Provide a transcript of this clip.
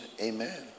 Amen